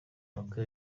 umutwe